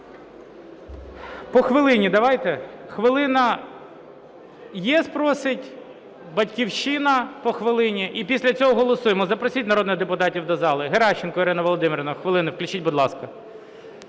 По хвилині давайте. Хвилина. "ЄС" просить, "Батьківщина" – по хвилині, і після цього голосуємо. Запросіть народних депутатів до зали. Геращенко Ірина Володимирівна – хвилина. Включіть, будь ласка.